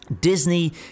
Disney